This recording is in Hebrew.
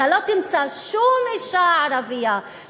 אתה לא תמצא שום אישה ערבייה,